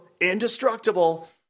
Indestructible